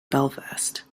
belfast